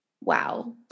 Wow